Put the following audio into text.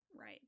Right